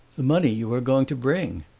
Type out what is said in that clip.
the money you are going to bring.